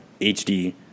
HD